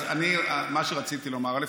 מה שרציתי לומר, א.